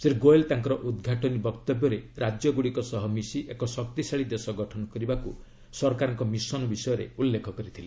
ଶ୍ରୀ ଗୋୟଲ୍ ତାଙ୍କର ଉଦ୍ଘାଟନୀ ବକ୍ତବ୍ୟରେ ରାଜ୍ୟଗ୍ରଡ଼ିକ ସହ ମିଶି ଏକ ଶକ୍ତିଶାଳୀ ଦେଶ ଗଠନ କରିବାକୁ ସରକାରଙ୍କ ମିଶନ୍ ବିଷୟରେ ଉଲ୍ଲେଖ କରିଥିଲେ